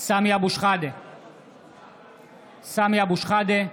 סמי אבו שחאדה,